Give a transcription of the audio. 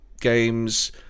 games